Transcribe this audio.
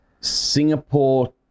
Singapore